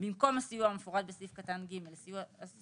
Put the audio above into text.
במקום הסיוע המפורט בסעיף קטן (ג) וכל עוד הם זקוקים לסיוע זה.